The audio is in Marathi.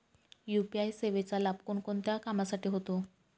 यू.पी.आय सेवेचा लाभ कोणकोणत्या कामासाठी होतो?